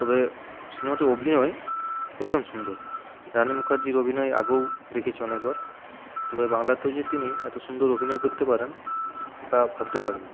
তবে সিনেমাতে অভিনয় ভীষণ সুন্দর রানি মুখার্জীর অভিনয় আগেও দেখেছি অনেকবার তবে বাংলাতেও যে তিনি এতো সুন্দর অভিনয় করতে পারেন তা ভাবতে পারিনি